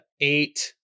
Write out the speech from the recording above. eight